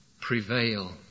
prevail